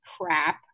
crap